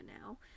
now